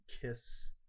kiss